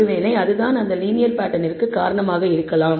ஒருவேளை அதுதான் இந்த லீனியர் பேட்டர்னிற்கு காரணமாக இருக்கலாம்